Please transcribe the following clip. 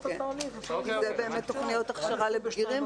אלה באמת תכניות הכשרה לבגירים,